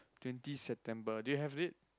twenty September do you have it